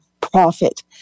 profit